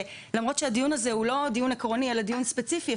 למרות שהדיון הזה לא הוא דיון עקרוני אלא דיון ספציפי,